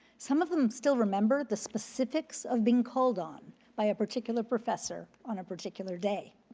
some of them still remember the specifics of being called on by a particular professor on a particular day.